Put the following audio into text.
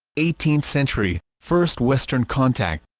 eighteenth century first western contact